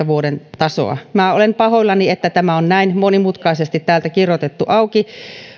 vuoden kaksituhattakuusitoista tasoa olen pahoillani että tämä on näin monimutkaisesti täältä kirjoitettu auki